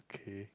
okay